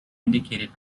indicated